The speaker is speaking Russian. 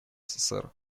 сэр